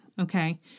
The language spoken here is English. Okay